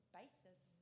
basis